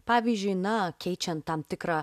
pavyzdžiui na keičiant tam tikrą